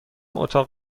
اتاق